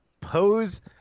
pose